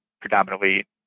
predominantly